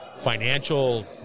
financial